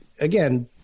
again